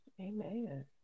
Amen